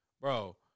Bro